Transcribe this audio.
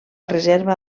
reserva